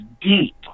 deep